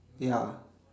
ya